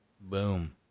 Boom